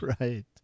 right